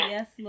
Yes